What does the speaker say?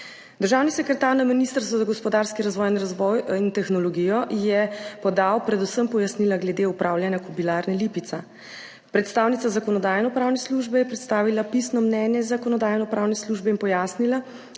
Državni sekretar na Ministrstvu za gospodarski razvoj in tehnologijo je podal predvsem pojasnila glede upravljanja Kobilarne Lipica. Predstavnica Zakonodajno-pravne službe je predstavila pisno mnenje Zakonodajno-pravne službe in pojasnila,